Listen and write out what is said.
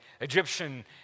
Egyptian